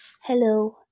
Hello